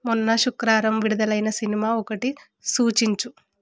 మొన్న శుక్రవారం విడుదలైన సినిమా ఒకటి సూచించు